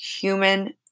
human